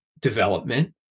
development